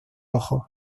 ojos